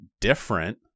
different